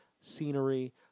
scenery